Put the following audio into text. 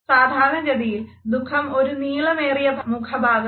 സാധാരണഗതിയിൽ ദുഃഖം ഒരു നീളമേറിയ മുഖഭാഗമാണ്